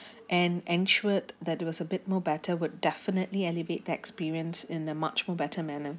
and ensured that it was a bit more better would definitely elevate their experience in a much more better manner